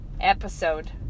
episode